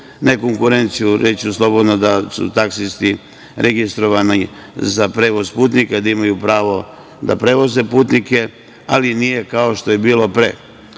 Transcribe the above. ne konkurenciju, reći ću slobodno da su taksisti registrovani za prevoz putnika, da imaju pravo da prevoze putnike, ali nije kao što je bilo pre.